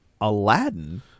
Aladdin